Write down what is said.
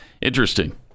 Interesting